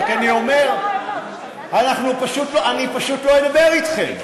אני רק אומר: אני פשוט לא אדבר אתכם.